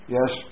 Yes